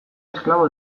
esklabo